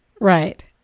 right